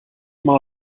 mal